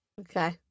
Okay